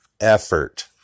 effort